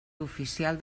oficial